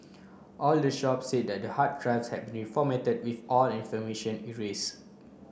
all the shops said the hard drives had been reformatted with all information erased